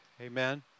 Amen